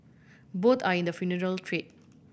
both are in the funeral trade